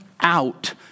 out